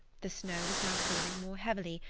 the snow was now falling more heavily,